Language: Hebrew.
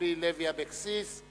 אורלי לוי אבקסיס,